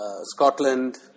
Scotland